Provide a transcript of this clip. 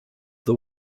the